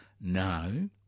No